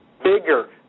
bigger